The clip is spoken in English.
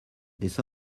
this